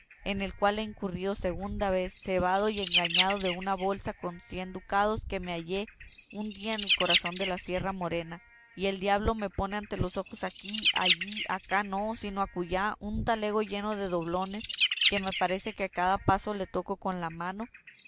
en el cual he incurrido segunda vez cebado y engañado de una bolsa con cien ducados que me hallé un día en el corazón de sierra morena y el diablo me pone ante los ojos aquí allí acá no sino acullá un talego lleno de doblones que me parece que a cada paso le toco con la mano